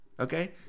Okay